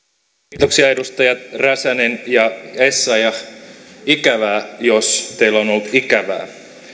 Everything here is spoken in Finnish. kiitoksia edustajat räsänen ja essayah ikävää jos teillä on ollut ikävää